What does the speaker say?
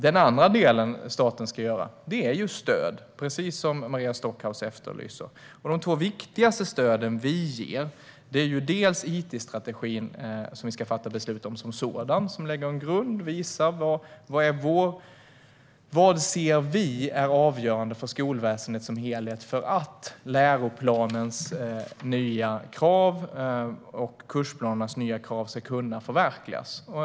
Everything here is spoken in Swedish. Den andra saken som staten ska göra handlar om stöd, precis som Maria Stockhaus efterlyser. Ett av de två viktigaste stöd som vi ger är den itstrategi som vi ska fatta beslut om som sådan. Den lägger en grund och visar vad vi anser är avgörande för skolväsendet som helhet för att läroplanens och kursplanernas nya krav ska kunna tillgodoses.